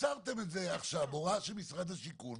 עצרתם את זה עכשיו בהוראה של משרד השיכון,